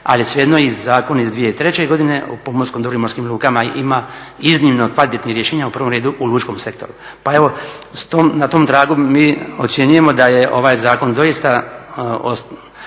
ali svejedno zakon iz 2003. godine o pomorskom dobru i morskim lukama ima iznimno kvalitetna rješenja, u prvom redu, u lučkom sektoru. Pa evo, na tom tragu mi ocjenjujemo da je ovaj zakon doista